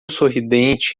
sorridente